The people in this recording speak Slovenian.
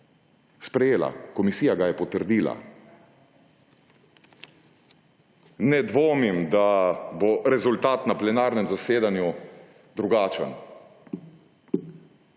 sprejela Komisija ga je potrdila. Ne dvomim, da bo rezultat na plenarnem zasedanju drugačen,